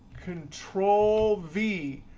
control v.